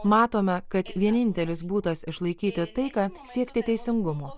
matome kad vienintelis būdas išlaikyti taiką siekti teisingumo